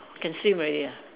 can swim already ah